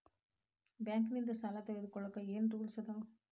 Bank ನಿಂದ್ ಸಾಲ ತೊಗೋಳಕ್ಕೆ ಏನ್ ರೂಲ್ಸ್ ಅದಾವ?